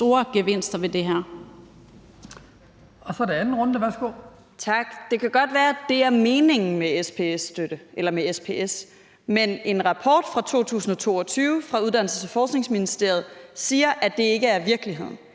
Det kan godt være, at det er meningen med SPS, men en rapport fra 2022 fra Uddannelses- og Forskningsministeriet siger, at det ikke er virkeligheden.